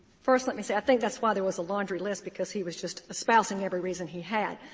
first let me say, i think that's why there was a laundry list because he was just espousing every reason he had.